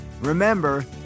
Remember